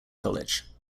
college